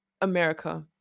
America